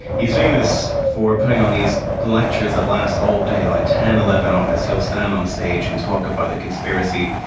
he's famous for putting on these lectures that last all day, like ten, eleven hours, he'll stand on stage and talk about conspiracy.